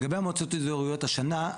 המועצות האזוריות השנה,